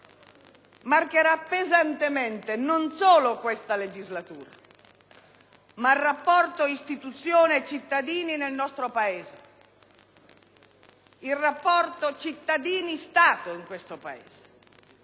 marcherà pesantemente non solo questa legislatura, ma il rapporto istituzioni-cittadini, il rapporto cittadini-Stato in questo Paese.